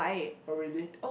oh really